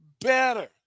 better